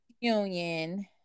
Union